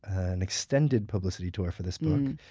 an extended publicity tour for this book.